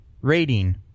rating